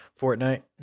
Fortnite